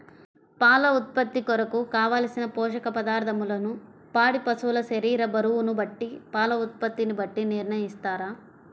పాల ఉత్పత్తి కొరకు, కావలసిన పోషక పదార్ధములను పాడి పశువు శరీర బరువును బట్టి పాల ఉత్పత్తిని బట్టి నిర్ణయిస్తారా?